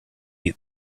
eat